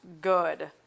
good